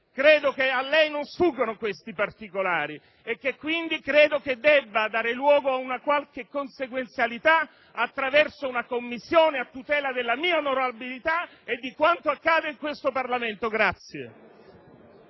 credo che a lei non sfuggano questi particolari e che quindi debba dare luogo ad una qualche consequenzialità attraverso una Commissione a tutela della mia onorabilità e di quanto accade in questo Parlamento.